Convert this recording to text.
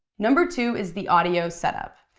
number two is the audio setup.